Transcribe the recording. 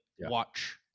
watch